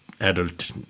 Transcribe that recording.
adult